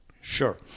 Sure